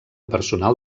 personal